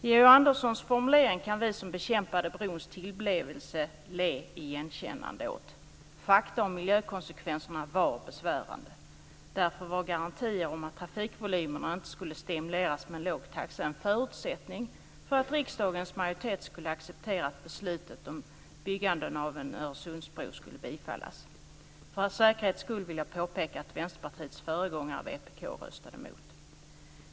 Georg Anderssons formulering kan vi som bekämpade brons tillblivelse le igenkännande åt. Fakta om miljökonsekvenserna var besvärande. Därför var garantier om att trafikvolymerna inte skulle stimuleras med en låg taxa en förutsättning för att riksdagens majoritet skulle acceptera att beslutet om byggandet av en Öresundsbro skulle bifallas. För säkerhets skull vill jag påpeka att Vänsterpartiets föregångare, vpk, röstade emot.